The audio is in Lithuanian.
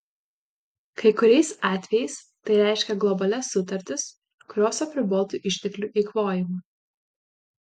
kai kuriais atvejais tai reiškia globalias sutartis kurios apribotų išteklių eikvojimą